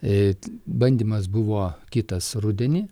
e bandymas buvo kitas rudenį